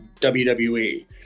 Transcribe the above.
WWE